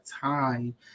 time